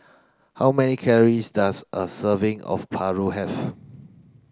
how many calories does a serving of Paru have